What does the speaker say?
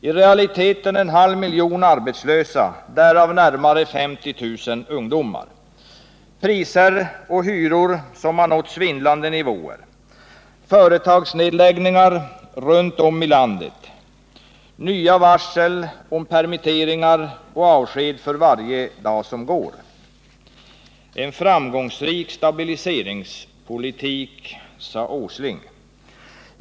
I realiteten en halv miljon 9” arbetslösa, därav närmare 50 000 ungdomar, priser och hyror som har nått svindlande nivåer, företagsnedläggningar runt om i landet och nya varsel om permitteringar för varje dag som går. En framgångsrik stabiliseringspolitik, sade Åsling.